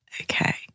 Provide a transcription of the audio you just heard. okay